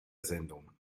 sendung